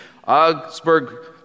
Augsburg